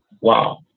Wow